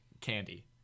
candy